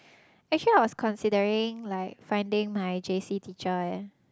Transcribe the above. actually I was considering like finding my J_C teacher eh